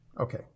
Okay